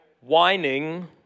Whining